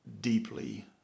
deeply